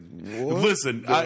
listen